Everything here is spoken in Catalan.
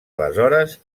aleshores